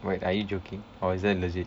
wait are you joking or is that legit